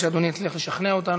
בעזרת השם, לסעיף הבא שעל